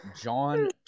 John